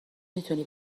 میتونی